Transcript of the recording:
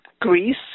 Greece